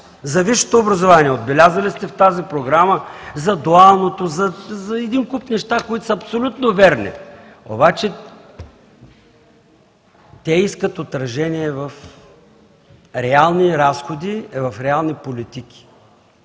За висшето образование – отбелязали сте в тази програма, за дуалното, за един куп неща, които са абсолютно верни. Обаче те искат отражение в реални разходи, в реални политики.